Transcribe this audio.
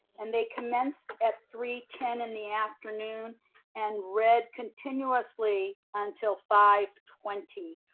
and they commenced at three ten in the afternoon and read continuously until five twenty.